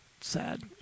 sad